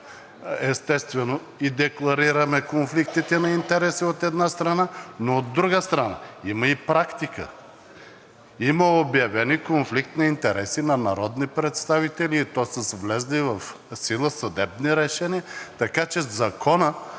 естествено, декларираме конфликтите на интереси, от една страна, но от друга страна, има и практика – има обявени конфликти на интереси на народни представители, и то с влезли в сила съдебни решения. Така че Законът